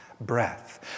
breath